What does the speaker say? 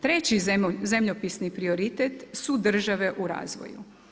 Treći zemljopisni prioritet su države u razvoju.